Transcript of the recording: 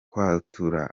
kwatura